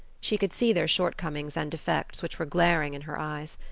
she could see their shortcomings and defects, which were glaring in her eyes.